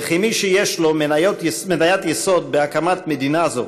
וכמי שיש לו מניית יסוד בהקמת מדינה זו,